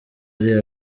ari